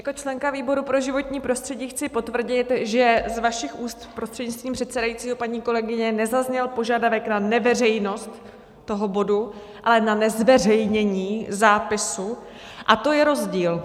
Jako členka výboru pro životní prostředí chci potvrdit, že z vašich úst, prostřednictvím předsedajícího paní kolegyně, nezazněl požadavek na neveřejnost toho bodu, ale na nezveřejnění zápisu, a to je rozdíl.